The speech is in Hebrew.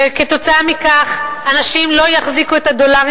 וכתוצאה מכך אנשים לא יחזיקו את הדולרים,